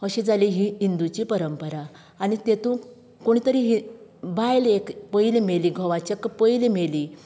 अशें जाले ही हिंदूची परंपरा आनी तेतूंक कोणीतरी बायल एक पयलीं मेली घोवाच्या पयलीं मेली